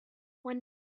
when